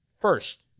first